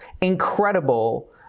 incredible